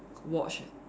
watch